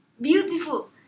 beautiful